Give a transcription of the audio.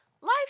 Life